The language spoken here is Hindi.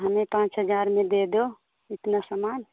हमें पाँच हज़ार में दे दो इतना सामान